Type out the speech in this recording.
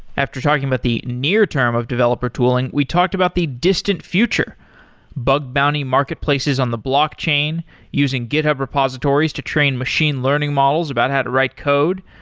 after talking about the near term of developer tooling, we talked about the distant future bug bounty market places on the blockchain using github repositories to train machine learning models about how to write code,